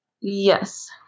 Yes